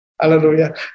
Hallelujah